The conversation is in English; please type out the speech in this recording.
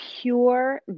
pure